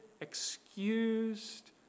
excused